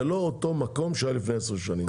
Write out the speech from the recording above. זה לא אותו מקום שהיה לפני עשר שנים.